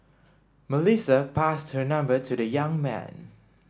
Melissa passed her number to the young man